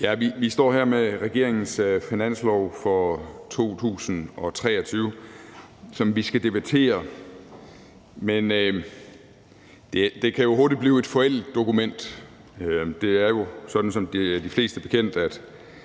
Vi står her med regeringens finanslov for 2023, som vi skal debattere. Men det kan jo hurtigt blive et forældet dokument. Det er jo sådan – som det er de fleste bekendt